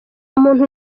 muntu